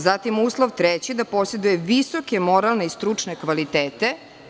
Zatim, uslov treći da poseduje visoke moralne i stručne kvalitete.